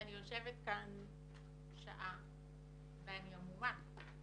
אני יושבת כאן שעה ואני המומה.